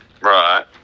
Right